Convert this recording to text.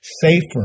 safer